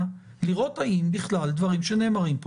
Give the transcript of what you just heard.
לראות האם יש התייחסות לדברים שנאמרים פה.